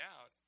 out